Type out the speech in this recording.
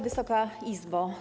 Wysoka Izbo!